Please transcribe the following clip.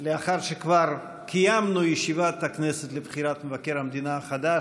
שכבר קיימנו ישיבת כנסת לבחירת מבקר המדינה החדש,